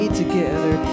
together